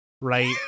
right